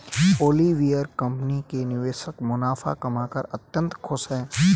Oliver company के निवेशक मुनाफा कमाकर अत्यंत खुश हैं